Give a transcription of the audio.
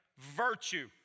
Virtue